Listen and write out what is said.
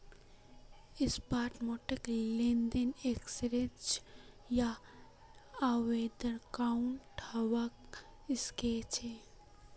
spot market लेनदेन exchange या over the counter हवा सक्छे